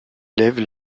élève